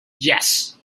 yes